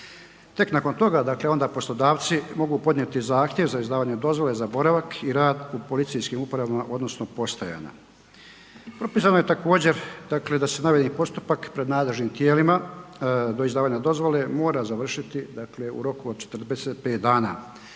Tek nakon toga onda poslodavci mogu podnijeti zahtjev za izdavanje dozvola za boravak i rad u policijskim upravama odnosno postajama. Propisano je također da se navedeni postupak pred nadležnim tijelima do izdavanja dozvole mora završiti u roku od 45 dana.